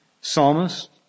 psalmist